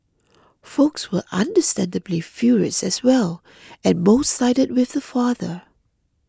folks were understandably furious as well and most sided with the father